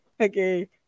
Okay